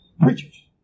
preachers